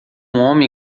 homem